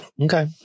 Okay